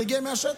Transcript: זה הגיע מהשטח.